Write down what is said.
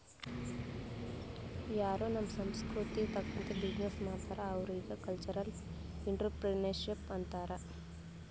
ಯಾರೂ ನಮ್ ಸಂಸ್ಕೃತಿ ತಕಂತ್ತೆ ಬಿಸಿನ್ನೆಸ್ ಮಾಡ್ತಾರ್ ಅವ್ರಿಗ ಕಲ್ಚರಲ್ ಇಂಟ್ರಪ್ರಿನರ್ಶಿಪ್ ಅಂತಾರ್